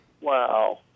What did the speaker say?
Wow